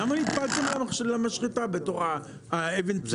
למה נטפלתם למשחטה בתור אבן הציר?